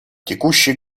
текущий